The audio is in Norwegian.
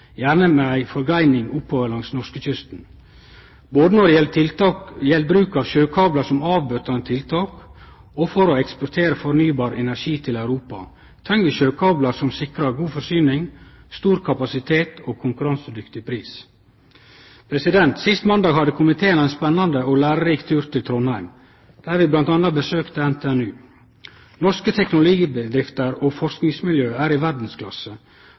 gjerne med ei forgreining oppover langs norskekysten. Når det gjeld bruk av sjøkablar som bøtande tiltak og for å eksportere fornybar energi til Europa, treng vi sjøkablar som sikrar god forsyning, stor kapasitet og konkurransedyktig pris. Sist måndag hadde komiteen ein spennande og lærerik tur til Trondheim, der vi bl.a. besøkte NTNU. Norske teknologibedrifter og norsk forskingsmiljø er i verdsklasse,